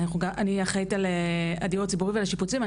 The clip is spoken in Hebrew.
אני אחראית על הדיור הציבורי ועל השיפוצים.